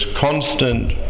constant